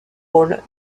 rôle